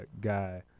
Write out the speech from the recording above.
guy